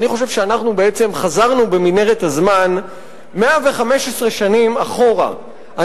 אני חושב שבעצם חזרנו במנהרת הזמן 115 שנים אחורה,